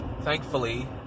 thankfully